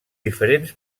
diferents